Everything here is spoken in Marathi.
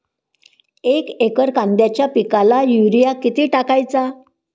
एक एकर कांद्याच्या पिकाला युरिया किती टाकायचा?